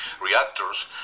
reactors